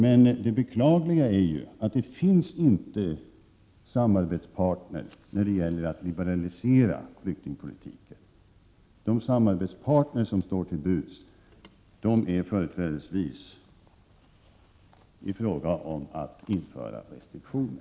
Men det beklagliga är att det inte finns samarbetspartner när det gäller att liberalisera flyktingpolitiken. De samarbetspartner som står till buds är företrädesvis för införande av restriktioner.